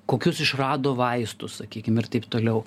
kokius išrado vaistus sakykim ir taip toliau